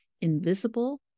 Invisible